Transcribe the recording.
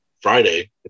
Friday